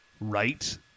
right